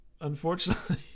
Unfortunately